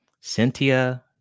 Cynthia